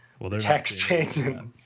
texting